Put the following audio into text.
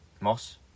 Moss